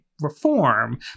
reform